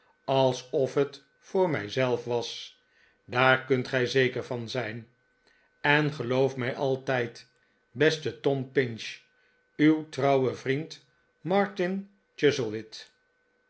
alsof het voor mij zelf was daar kunt gij zeker van zijn en geloof mij altijd beste tom pinch uw trouwe vriend martin